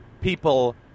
people